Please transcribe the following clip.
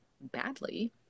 badly